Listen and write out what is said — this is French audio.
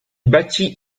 bâtit